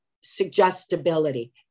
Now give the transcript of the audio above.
suggestibility